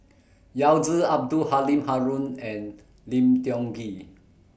Yao Zi Abdul Halim Haron and Lim Tiong Ghee